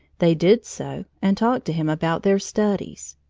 they did so and talked to him about their studies.